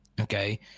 okay